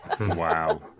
Wow